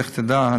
לך תדע.